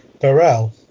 Burrell